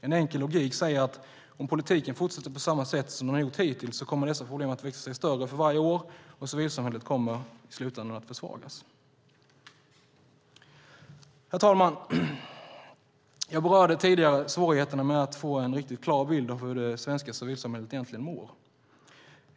En enkel logik säger att om politiken fortsätter på samma sätt som den gjort hittills kommer dessa problem att växa sig större för varje år, och civilsamhället kommer i slutändan att försvagas. Herr talman! Jag berörde tidigare svårigheterna med att få en riktigt klar bild av hur det svenska civilsamhället egentligen mår.